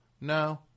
no